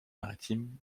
maritime